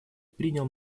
принял